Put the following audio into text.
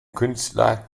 künstler